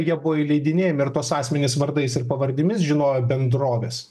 jie buvo įleidinėjami ir tuos asmenis vardais ir pavardėmis žinojo bendrovės